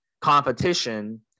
competition